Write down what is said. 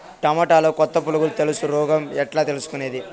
టమోటాలో కొత్త పులుగు తెలుసు రోగం ఎట్లా తెలుసుకునేది?